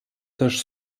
też